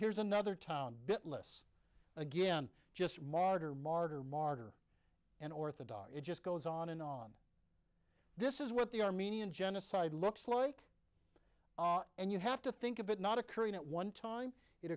here's another town bit less again just modern martyr martyr and orthodox it just goes on on and this is what the armenian genocide looks like and you have to think of it not occurring at one time it